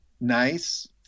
nice